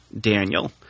Daniel